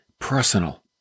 personal